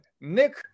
Nick